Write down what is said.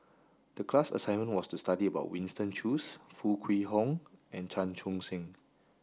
the class assignment was to study about Winston Choos Foo Kwee Horng and Chan Chun Sing